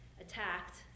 attacked